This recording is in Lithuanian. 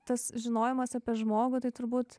tas žinojimas apie žmogų tai turbūt